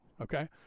okay